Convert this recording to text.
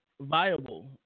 viable